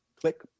Click